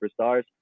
superstars